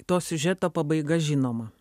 to siužeto pabaiga žinoma